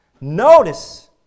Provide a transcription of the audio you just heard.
notice